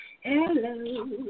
Hello